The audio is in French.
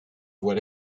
voit